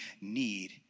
need